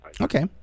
Okay